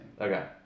Okay